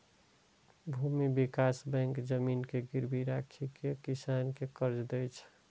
भूमि विकास बैंक जमीन के गिरवी राखि कें किसान कें कर्ज दै छै